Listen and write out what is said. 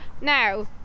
now